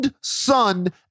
son